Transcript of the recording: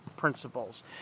principles